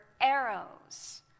arrows